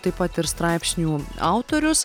taip pat ir straipsnių autorius